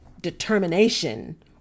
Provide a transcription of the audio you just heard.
determination